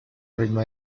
ritmo